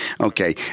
Okay